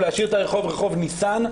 להשאיר את שם הרחוב רחוב ניסן?